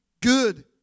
Good